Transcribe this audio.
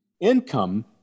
income